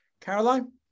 Caroline